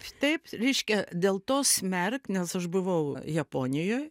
taip reiškia dėl to smerkt nes aš buvau japonijoj